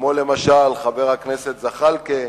כמו למשל חבר הכנסת זחאלקה,